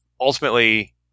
ultimately